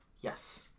Yes